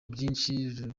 byinshi